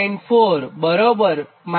4 બરાબર -j2